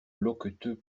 loqueteux